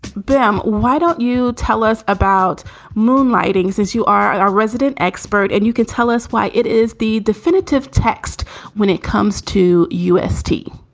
bam! why don't you tell us about moonlighting, since you are our resident expert and you can tell us why it is the definitive text when it comes to us t